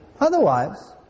Otherwise